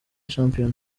shampiyona